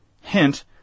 Hint